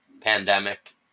pandemic